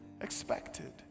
expected